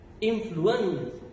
influence